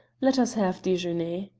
let us have dejeuner.